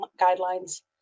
guidelines